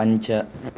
पञ्च